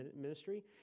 ministry